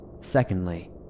Secondly